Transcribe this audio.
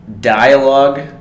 dialogue